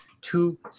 two